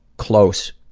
close,